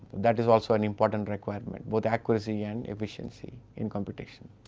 that is also an important requirement, both accuracy and efficiency in competition.